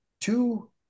two